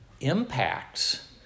impacts